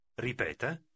Ripeta